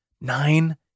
Nine